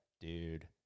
dude